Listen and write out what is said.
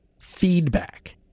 feedback